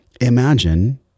Imagine